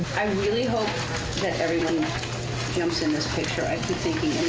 i really hope that everyone jumps in this picture. i keep thinking